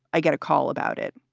i get a call about it.